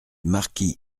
marquis